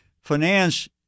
finance